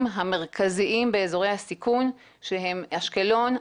המרכזיים באזורי הסיכון שהם אשקלון,